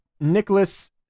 Nicholas